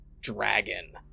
dragon